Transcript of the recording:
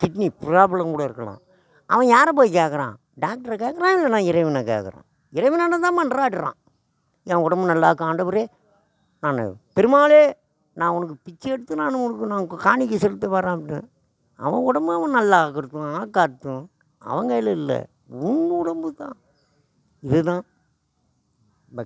kidney problem கூட இருக்கலாம் அவன் யாரை போயி கேட்கறான் டாக்டரை கேட்கறான் இல்லைனா இறைவனை கேட்கறான் இறைவனாண்ட தான் மன்றாடுகிறான் என் உடம்பை நல்லாக்கு ஆண்டவரே நான் பெருமாளே நான் உனக்கு பிச்சை எடுத்து நான் உனக்கு நான் க காணிக்கை செலுத்த வரேன் அப்படின்னு அவன் உடம்பை அவன் நல்லாக்குறதும் ஆக்காததும் அவன் கையில் இல்லை உன் உடம்பு தான் இது தான் ப